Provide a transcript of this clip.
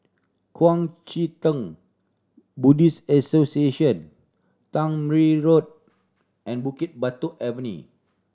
Kuang Chee Tng Buddhist Association Tangmere Road and Bukit Batok Avenue